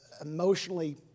emotionally